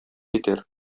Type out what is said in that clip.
итәр